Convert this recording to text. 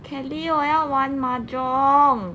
kelly 我要玩 mahjong